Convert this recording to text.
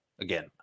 again